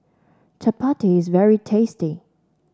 Chappati is very tasty